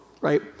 right